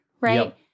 right